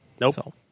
Nope